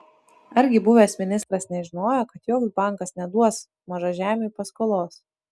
argi buvęs ministras nežinojo kad joks bankas neduos mažažemiui paskolos